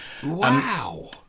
Wow